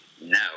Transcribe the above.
No